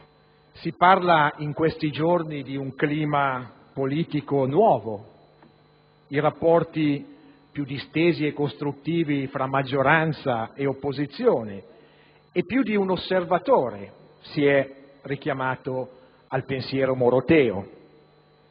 Si parla in questi giorni di un clima politico nuovo, di rapporti più distesi e costruttivi tra maggioranza e opposizione, e più di un osservatore si è richiamato al pensiero moroteo.